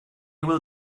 will